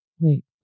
Wait